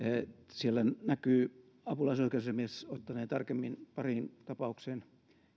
siellä näkyy apulaisoikeusasiamies ottaneen tarkemmin pariin tapaukseen